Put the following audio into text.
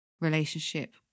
relationship